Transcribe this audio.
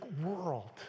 world